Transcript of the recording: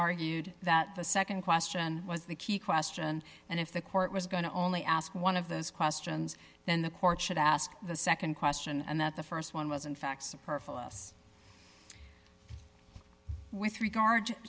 argued that the nd question was the key question and if the court was going to only ask one of those questions then the court should ask the nd question and that the st one was in fact superfluous with regard